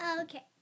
Okay